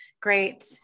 Great